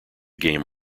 game